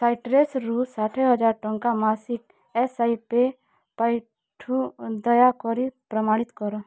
ସାଇଟ୍ରସ୍ରୁ ଷାଠିଏ ହଜାର ଟଙ୍କାର ମାସିକ ଏସ୍ ଆଇ ପି ପଇଠରୁ ଦୟାକରି ପ୍ରମାଣିତ କର